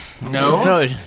No